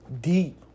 deep